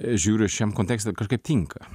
žiūriu šiam kontekstui kažkaip tinka